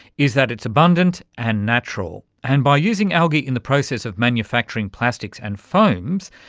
is that it's abundant and natural. and by using algae in the process of manufacturing plastics and foams,